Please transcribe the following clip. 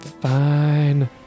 Fine